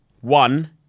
one